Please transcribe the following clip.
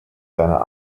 seiner